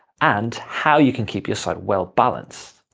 and how you can keep your site well-balanced.